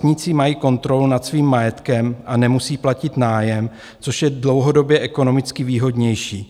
Vlastníci mají kontrolu nad svým majetkem a nemusí platit nájem, což je dlouhodobě ekonomicky výhodnější.